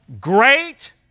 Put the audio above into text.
great